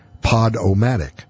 Podomatic